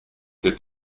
peu